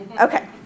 Okay